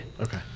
Okay